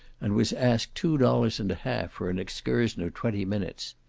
and was asked two dollars and a half for an excursion of twenty minutes.